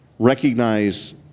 Recognize